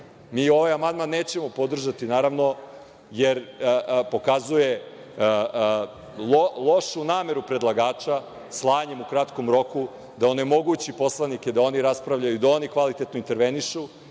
ovaj amandman nećemo podržati, naravno, jer pokazuje lošu nameru predlagača slanjem u kratkom roku, da onemogući poslanike da oni raspravljaju, da oni kvalitetno intervenišu